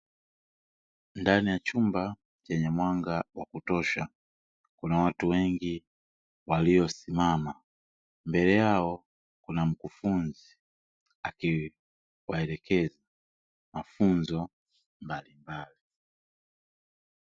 Ndani ya chumba chenye mwanga wa kutosha kuna watu wengi walio simama mbele yao kuna mkufunzi akiwaelekeza mafunzo mbalimbali